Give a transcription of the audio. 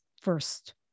first